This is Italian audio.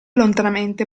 lontanamente